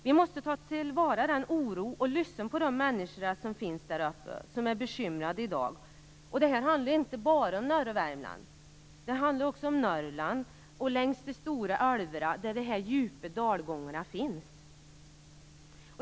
Vi måste ta till vara oron och lyssna på de människor som finns där uppe och som är bekymrade i dag. Det handlar inte bara om norra Värmland. Det handlar också om Norrland och områdena längs de stora älvarna där dessa djupa dalgångar finns.